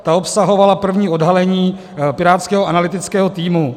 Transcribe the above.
Ta obsahovala první odhalení pirátského analytického týmu.